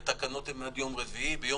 הווירוס,